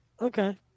Okay